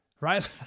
right